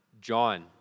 John